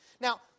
Now